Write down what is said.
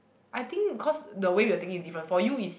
I think cause the way we're thinking is different for you is